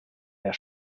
der